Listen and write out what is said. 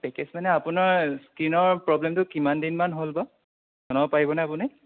package মানে আপোনাৰ স্কীনৰ প্ৰব্লেমটো কিমান দিনমান হ'ল বা জনাব পাৰিব নে আপুনি